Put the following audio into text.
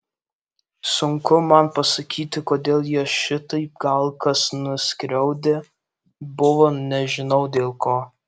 sunku man pasakyti kodėl jie šitaip gal kas nuskriaudę buvo nežinau dėl ko